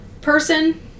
person